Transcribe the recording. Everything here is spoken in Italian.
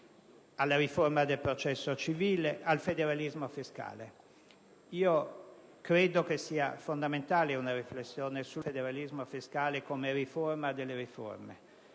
alla riforma del processo civile, al federalismo fiscale. Credo sia fondamentale una riflessione sul federalismo fiscale come riforma delle riforme,